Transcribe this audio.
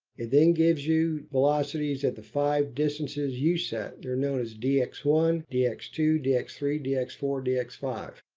it then gives you velocities at the five distances you set. they're known as dx one, dx two, dx three, dx four and dx five.